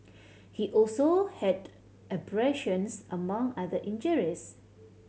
he also had abrasions among other injuries